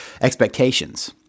expectations